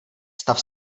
stav